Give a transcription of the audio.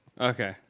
Okay